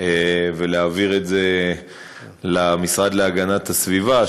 ולהעביר את זה למשרד להגנת הסביבה,